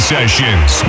Sessions